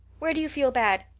where do you feel bad?